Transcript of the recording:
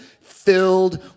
Filled